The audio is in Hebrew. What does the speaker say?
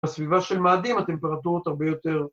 ‫בסביבה של מאדים הטמפרטורות ‫הרבה יותר...